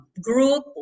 group